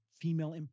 female